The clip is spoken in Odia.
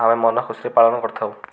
ଆମେ ମନ ଖୁସିରେ ପାଳନ କରିଥାଉ